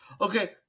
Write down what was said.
Okay